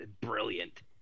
brilliant